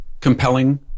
compelling